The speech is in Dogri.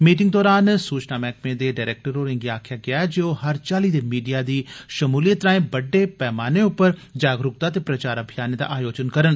मीटिंग दौरान सूचना मैह्कमे दे डरैक्टर होरें'गी आखेआ गेआ जे ओह हर चाल्ली दे मीडिया दी शमूलियत राएं बड्डे स्तर उप्पर जागरूकता ते प्रचार अभियानें दा आयोजन करोआन